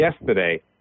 yesterday